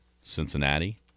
Cincinnati